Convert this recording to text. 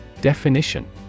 Definition